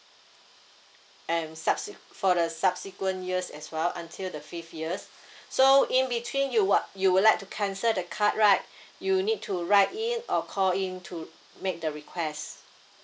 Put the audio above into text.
and subse~ for the subsequent years as well until the fifth years so in between you what you would like to cancel the card right you need to write in or call in to make the request